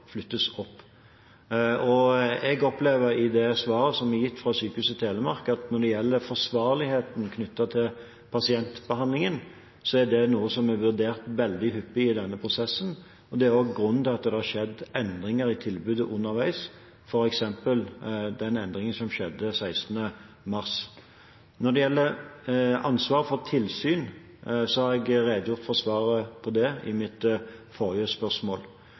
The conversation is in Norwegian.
flyttes opp. I det svaret som er gitt fra Sykehuset Telemark, opplever jeg at når det gjelder forsvarligheten knyttet til pasientbehandlingen, er det noe som er blitt vurdert veldig hyppig i denne prosessen. Det er også grunnen til at det har skjedd endringer i tilbudet underveis, f.eks. den endringen som skjedde 16. mars. Når det gjelder ansvaret for tilsyn, så har jeg redegjort for det i mitt forrige